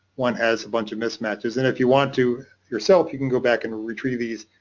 one has a bunch of mismatches and if you want to yourself, you can go back and retrieve these.